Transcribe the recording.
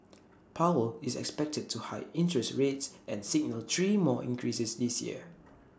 powell is expected to hike interest rates and signal three more increases this year